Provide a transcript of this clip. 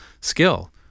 skill